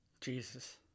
Jesus